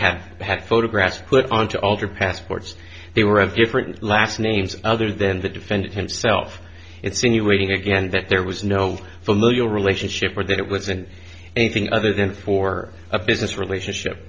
have had photographs put on to alter passports they were of different last names other than the defendant himself it's in you waiting again that there was no familial relationship or that it was in anything other than for a business relationship